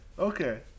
Okay